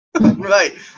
Right